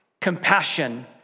compassion